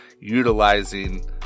utilizing